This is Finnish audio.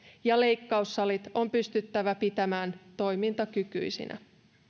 ja leikkaussalit on pystyttävä pitämään toimintakykyisinä